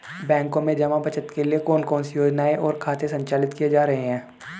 बैंकों में जमा बचत के लिए कौन कौन सी योजनाएं और खाते संचालित किए जा रहे हैं?